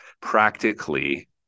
practically